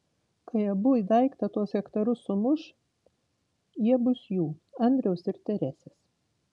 kai abu į daiktą tuos hektarus sumuš jie bus jų andriaus ir teresės